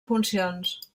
funcions